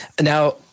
Now